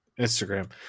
Instagram